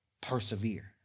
persevere